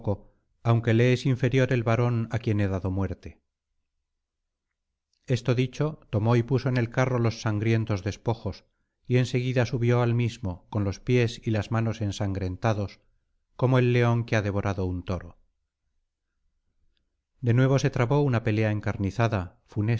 aunque le es inferior el varón á quien he dado muerte esto dicho tomó y puso en el carro los sangrientos despojos y en seguida subió al mismo con los pies y las manos ensangrentados como el león que ha devorado un toro de nuevo se trabó una pelea encarnizada